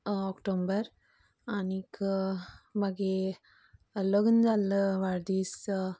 ओक्टोंबर आनीक म्हागे लग्न जाल्लो वाडदीस